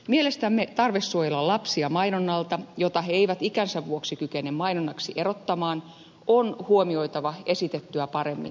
mielestämme tarve suojella lapsia mainonnalta jota he eivät ikänsä vuoksi kykene mainonnaksi erottamaan on huomioitava esitettyä paremmin